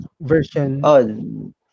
version